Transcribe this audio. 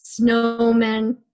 snowmen